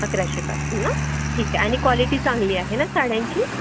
अकराशेपासून ना ठीक आहे आणि क्वालिटी चांगली आहे ना साड्यांची